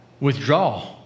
Withdraw